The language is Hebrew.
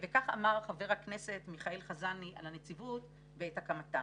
וכך אמר חבר הכנסת מיכאל חזני על הנציבות בעת הקמתה: